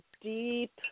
deep